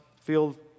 field